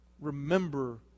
Remember